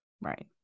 right